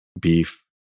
beef